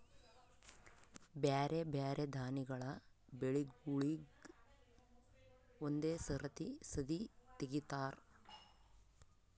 ಬ್ಯಾರೆ ಬ್ಯಾರೆ ದಾನಿಗಳ ಬೆಳಿಗೂಳಿಗ್ ಒಂದೇ ಸರತಿ ಸದೀ ತೆಗಿತಾರ